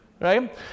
Right